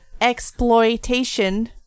exploitation